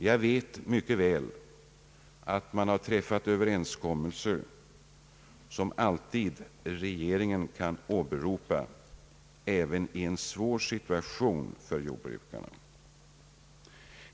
Jag vet mycket väl att man har träffat överenskommelser, som regeringen alltid kan åberopa, även i en svår situation för jordbrukarna.